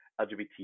LGBT